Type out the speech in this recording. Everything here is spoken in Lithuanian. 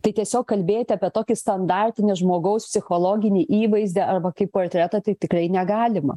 tai tiesiog kalbėti apie tokį standartinį žmogaus psichologinį įvaizdį arba kaip portretą tai tikrai negalima